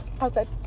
Outside